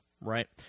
right